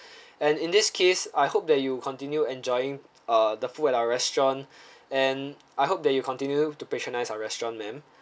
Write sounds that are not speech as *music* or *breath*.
*breath* and in this case I hope that you'll continue enjoying uh the food at our restaurant and I hope that you continue to patronise our restaurant ma'am